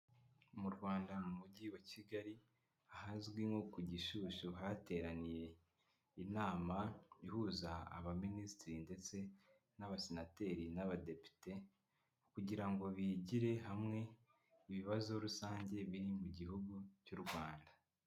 Mu rwanda mu mujyi wa Kigali ahazwi nko ku gishushyu hateraniye inama ihuza abaminisitiri ndetse n'abasenateri n'abadepite kugira ngo bigire hamwe ibibazo rusange biri mu gihugu cy'u rwanda.